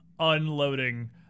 unloading